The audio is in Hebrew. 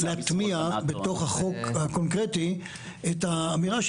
השאלה אם זה נכון להטמיע בתוך החוק הקונקרטי את האמירה,